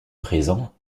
présent